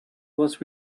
was